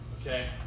okay